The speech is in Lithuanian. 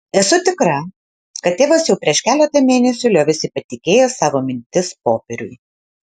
esu tikra kad tėvas jau prieš keletą mėnesių liovėsi patikėjęs savo mintis popieriui